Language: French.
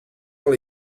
dans